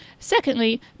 Secondly